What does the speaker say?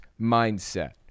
mindset